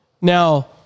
Now